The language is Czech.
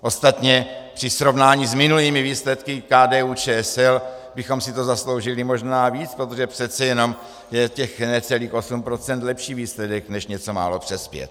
Ostatně při srovnání s minulými výsledky KDUČSL bychom si to zasloužili možná víc, protože přece jenom je těch necelých 8 % lepší výsledek než něco málo přes pět.